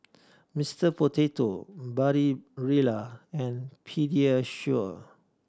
Mister Potato Barilla and Pediasure